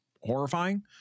horrifying